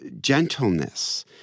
gentleness